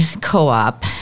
co-op